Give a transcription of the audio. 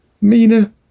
Mina